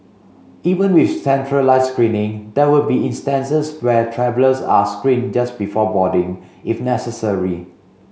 even with centralised screening there will be instances where travellers are screened just before boarding if necessary